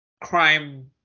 crime